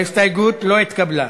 ההסתייגות לא התקבלה.